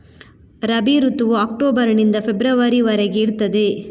ರಬಿ ಋತುವು ಅಕ್ಟೋಬರ್ ನಿಂದ ಫೆಬ್ರವರಿ ವರೆಗೆ ಇರ್ತದೆ